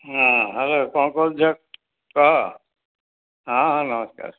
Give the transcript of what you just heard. ହଁ ହ୍ୟାଲୋ କ'ଣ କହୁଚ କୁହ ହଁ ହଁ ନମସ୍କାର